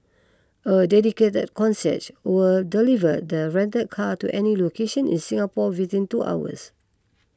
a dedicated concierge will deliver the rented car to any location in Singapore within two hours